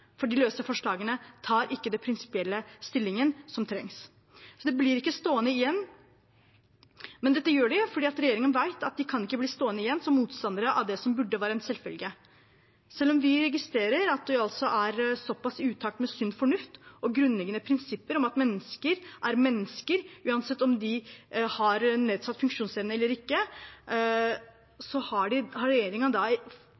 for de løse forslagene tar ikke den prinsipielle stillingen som trengs, så det blir ikke stående igjen. Men dette gjør de fordi regjeringen vet at de ikke kan bli stående igjen som motstandere av det som burde være en selvfølge. Selv om vi registrerer at de er såpass i utakt med sunn fornuft og grunnleggende prinsipper om at mennesker er mennesker, uansett om de har nedsatt funksjonsevne eller ikke,